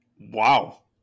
Wow